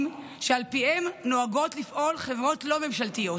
שעל פיהם נוהגות לפעול חברות לא ממשלתיות,